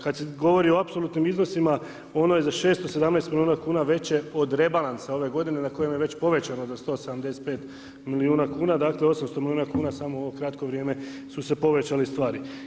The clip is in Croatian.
Kad se govori o apsolutnim iznosima ono je za 617 milijuna kuna veće od rebalansa ove godine na kojem je već povećano za 175 milijuna kuna, dakle, 800 milijuna kuna samo ovo kratko vrijeme su se povećale stvari.